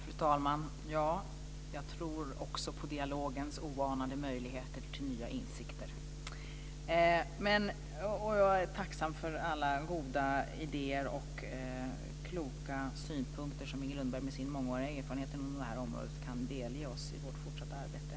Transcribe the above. Fru talman! Jag tror också på dialogens oanade möjligheter till nya insikter. Och jag är tacksam för alla goda idéer och kloka synpunkter som Inger Lundberg med sin mångåriga erfarenhet inom det här området kan delge oss i vårt fortsatta arbete.